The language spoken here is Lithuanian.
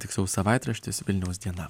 tiksliau savaitraštis vilniaus diena